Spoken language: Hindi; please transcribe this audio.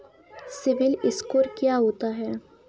सिबिल स्कोर क्या होता है?